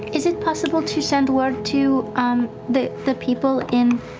is it possible to send word to um the the people in